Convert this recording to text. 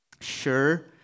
Sure